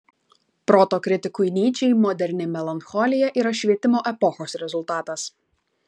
proto kritikui nyčei moderni melancholija yra švietimo epochos rezultatas